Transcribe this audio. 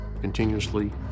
continuously